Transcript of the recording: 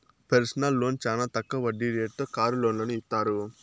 personal loan చానా తక్కువ వడ్డీ రేటుతో కారు లోన్లను ఇత్తారు